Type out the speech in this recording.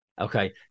Okay